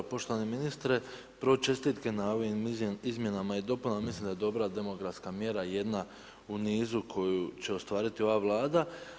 Poštovani ministre, prvo čestitke na ovim izmjenama i dopunama, mislim da je dobra demografska mjera jedna u nizu koju će ostvariti ova Vlada.